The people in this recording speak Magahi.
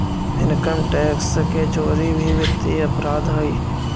इनकम टैक्स के चोरी भी वित्तीय अपराध हइ